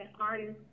artists